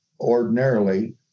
ordinarily